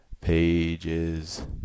pages